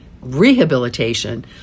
rehabilitation